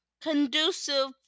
conducive